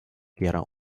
gera